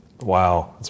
Wow